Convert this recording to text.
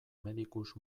medicus